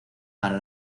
para